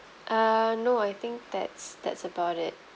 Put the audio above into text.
um no I think that's that's about it